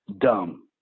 dumb